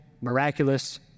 miraculous